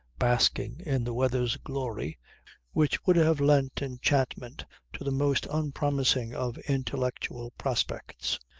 basking in the weather's glory which would have lent enchantment to the most unpromising of intellectual prospects.